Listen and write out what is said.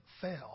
fail